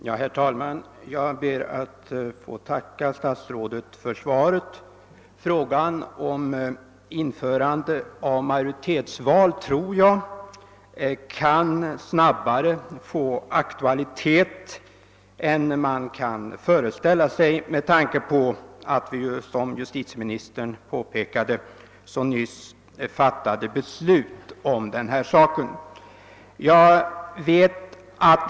Herr talman! Jag ber att få tacka statsrådet för svaret på min fråga. Spörsmålet om införande av majoritetsval kan få aktualitet snabbare än man kanske föreställer sig mot bakgrunden av det nyligen fattade beslutet på detta område, som nämndes av justitieministern.